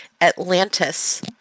Atlantis